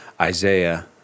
Isaiah